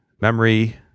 memory